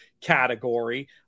category